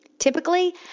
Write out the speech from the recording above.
Typically